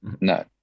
no